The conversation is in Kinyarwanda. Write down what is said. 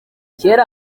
kera